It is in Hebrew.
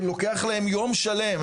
שלוקח להם יום שלם,